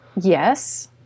yes